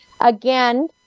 Again